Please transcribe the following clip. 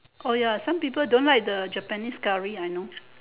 oh ya some people don't like the japanese curry I know